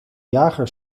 jager